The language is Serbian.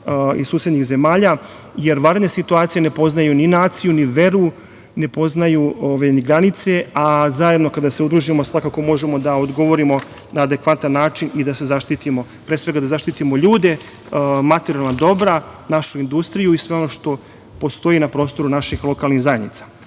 iz susednih zemalja, jer vanredne situacije ne poznaju ni naciju, ni veru, ne poznaju ni granice, a zajedno kada se udružimo svakako možemo da odgovorimo na adekvatan način i da se zaštitimo. Pre svega da zaštitimo ljude, materijalna dobra, našu industriju i sve ono što postoji na prostoru naših lokalnih zajednica. Sledeći